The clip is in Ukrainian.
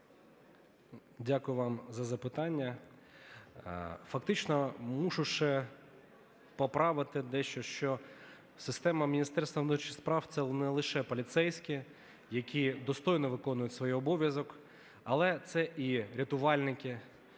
Дякую вам за запитання. Фактично мушу ще поправити дещо, що система Міністерства внутрішніх справ – це не лише поліцейські, які достойно виконують свій обов'язок, але це і рятувальники,